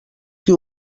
qui